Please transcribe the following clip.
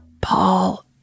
Paul